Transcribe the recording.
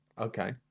Okay